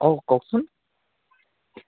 অঁ কওকচোন